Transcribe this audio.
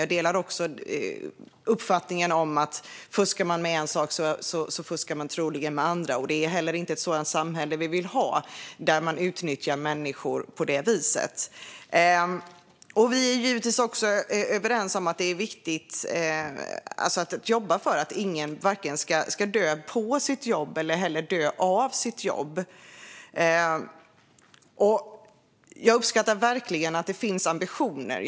Jag delar också uppfattningen om att fuskar man med en sak så fuskar man troligen med andra. Det är heller inte ett sådant samhälle vi vill ha där man utnyttjar människor på det viset. Vi är givetvis också överens om att det är viktigt att jobba för att ingen vare sig ska dö på sitt jobb eller av sitt jobb. Jag uppskattar verkligen att det finns ambitioner.